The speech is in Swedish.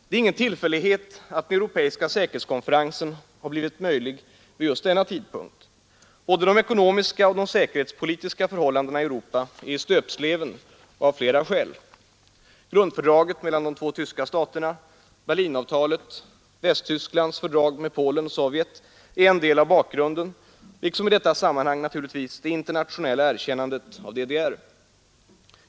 Det är ingen tillfällighet att den europeiska säkerhetskonferensen har blivit möjlig vid just denna tidpunkt. Både de ekonomiska och de säkerhetspolitiska förhållandena i Europa är i stöpsleven av flera skäl. Grundfördraget mellan de två tyska staterna, Berlinavtalet, Västtysklands fördrag med Polen och Sovjet är en del av bakgrunden liksom i detta sammanhang naturligtvis det internationella erkännandet av DDR.